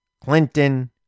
Clinton